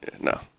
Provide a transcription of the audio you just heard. No